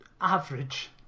average